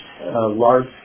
large